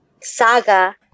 saga